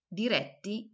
diretti